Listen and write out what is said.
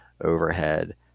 overhead